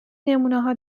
نمونهها